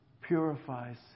purifies